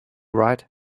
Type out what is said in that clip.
right